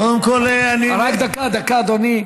קודם כול, אני, רק דקה, דקה, אדוני.